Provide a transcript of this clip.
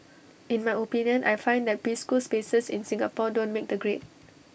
in my opinion I find that preschool spaces in Singapore don't make the grade